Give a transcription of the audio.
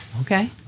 okay